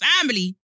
family